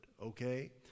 okay